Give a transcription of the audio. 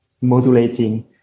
modulating